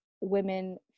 women